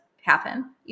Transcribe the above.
happen